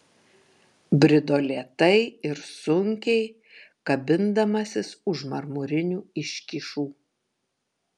brido lėtai ir sunkiai kabindamasis už marmurinių iškyšų